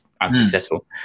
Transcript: unsuccessful